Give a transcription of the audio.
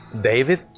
David